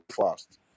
fast